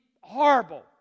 horrible